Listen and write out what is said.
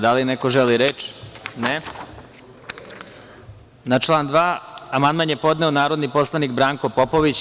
Da li neko želi reč? (Ne) Na član 2. amandman je podneo narodni poslanik Branko Popović.